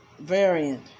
variant